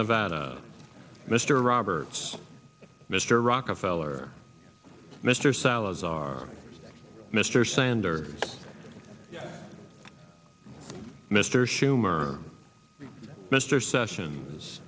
nevada mr roberts mr rockefeller mr salazar mr sanders mr schumer mr sessions